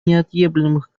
неотъемлемых